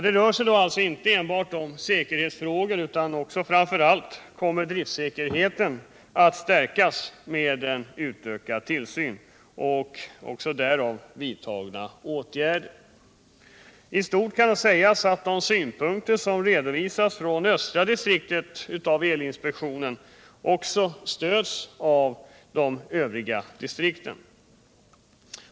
Det rör sig inte då enbart om säkerhetsfrågor, utan i främsta rummet kommer driftsäkerheten att stärkas med en utökad tillsyn och med anledning därav vidtagna åtgärder. I stort kan sägas att de synpunkter som redovisats från östra distriktet av elinspektionen också stöds av de övriga distrikten.